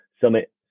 Summit